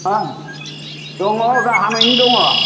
दङ गाहामैनो दङ